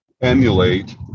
emulate